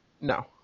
No